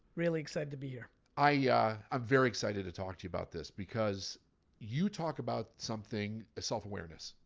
really excited to be here. i'm ah very excited to talk to you about this because you talk about something as self awareness.